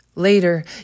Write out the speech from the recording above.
Later